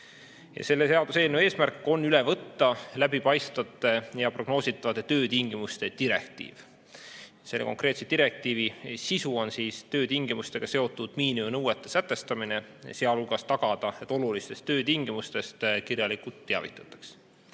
Selle eelnõu eesmärk on üle võtta läbipaistvate ja prognoositavate töötingimuste direktiiv. Selle konkreetse direktiivi sisu on töötingimustega seotud miinimumnõuete sätestamine, sealhulgas tuleb tagada, et olulistest töötingimustest kirjalikult teavitataks.